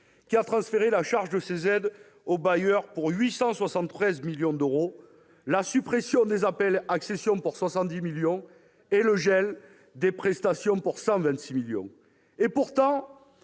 qui a transféré la charge de ces aides aux bailleurs pour 873 millions d'euros, par la suppression des APL accession pour 70 millions d'euros et le gel des prestations pour 126 millions d'euros. Et pourtant,